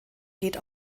geht